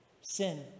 Sin